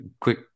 quick